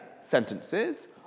sentences